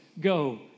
go